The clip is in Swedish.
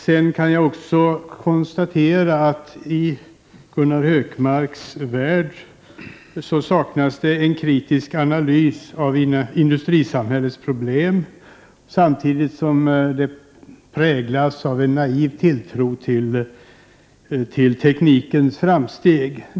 Jag kan också konstatera att det saknas en kritisk analys av industrisamhällets problem i Gunnar Hökmarks värld, samtidigt som den präglas av en naiv tilltro till teknikens framsteg.